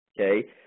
okay